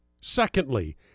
Secondly